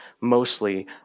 mostly